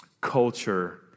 culture